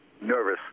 nervous